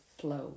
flow